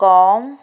କମ୍